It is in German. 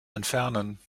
entfernen